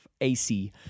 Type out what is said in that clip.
AC